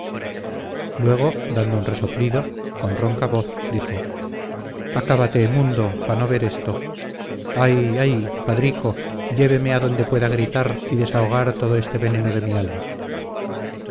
luego dando un resoplido con ronca voz dijo acábate mundo pa no ver esto ay ay padrico lléveme a donde pueda gritar y desahogar todo este veneno de mi alma